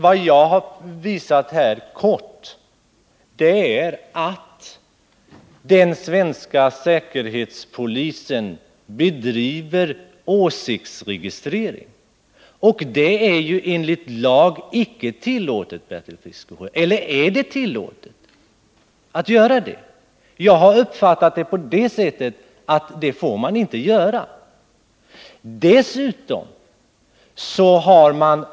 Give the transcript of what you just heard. Vad jag har visat här är att den svenska säkerhetspolisen bedriver åsiktsregistrering. Och det är enligt lag icke tillåtet, Bertil Fiskesjö. Eller är det tillåtet? Jag har uppfattat det så att någon åsiktsregistrering inte får förekomma.